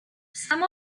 some